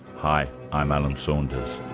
hi, i'm alan saunders.